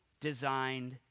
designed